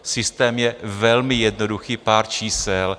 Systém je velmi jednoduchý, pár čísel.